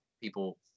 people